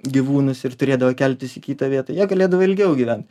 gyvūnus ir turėdavo keltis į kitą vietą jie galėdavo ilgiau gyvent